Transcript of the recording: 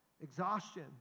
Exhaustion